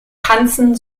tanzen